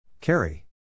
Carry